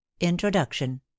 Introduction